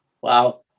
Wow